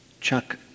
Chuck